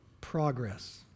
progress